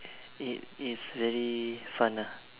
it is very fun ah